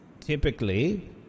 Typically